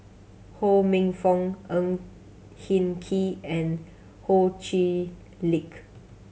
Ho Minfong Ang Hin Kee and Ho Chee Lick